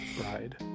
ride